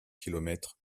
kilomètre